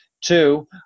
two